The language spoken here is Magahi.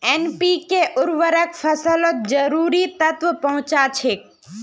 एन.पी.के उर्वरक फसलत जरूरी तत्व पहुंचा छेक